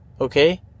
Okay